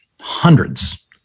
hundreds